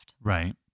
right